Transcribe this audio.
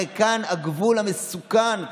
הרי כאן הגבול המסוכן.